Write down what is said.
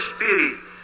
Spirit